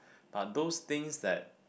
but those things that